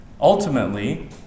Ultimately